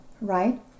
right